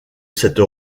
cette